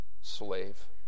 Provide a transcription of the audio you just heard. slave